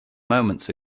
moments